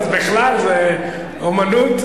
אז בכלל, זאת אמנות.